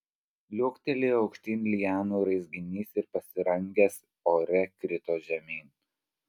liuoktelėjo aukštyn lianų raizginys ir pasirangęs ore krito žemyn